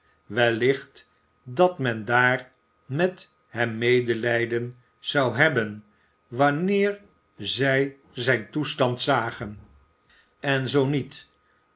wellicht dat men daar met hem medelijden zou hebben wanneer zij zijn toestand zagen en zoo niet